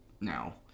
now